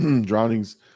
drownings